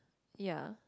ya